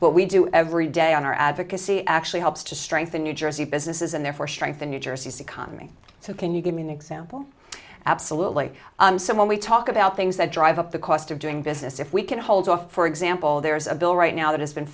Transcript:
what we do every day on our advocacy actually helps to strengthen new jersey businesses and therefore strengthen new jersey's economy so can you give me an example absolutely so when we talk about things that drive up the cost of doing business if we can hold off for example there's a bill right now that has been